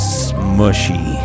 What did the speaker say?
smushy